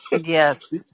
Yes